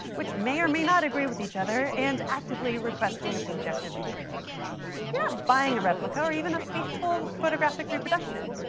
which may or may not agree with each other and actively requesting a subjective interpretation. if you're ah buying a replica or even a faithful photographic reproduction,